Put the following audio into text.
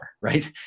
right